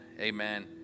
Amen